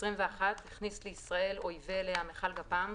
(21) הכניס לישראל או ייבא אליה מכל גפ"מ,